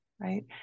right